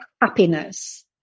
happiness